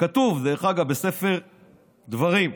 כתוב בספר דברים: